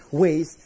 ways